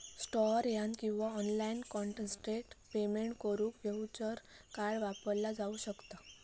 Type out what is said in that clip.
store यात किंवा online contactless payment करुक व्हर्च्युअल कार्ड वापरला जाऊ शकता